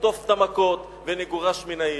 נחטוף את המכות ונגורש מן העיר,